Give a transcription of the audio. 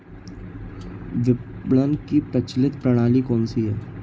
विपणन की प्रचलित प्रणाली कौनसी है?